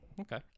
okay